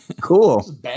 Cool